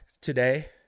today